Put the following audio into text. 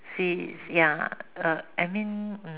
see ya uh I mean mm